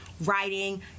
writing